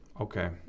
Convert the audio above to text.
Okay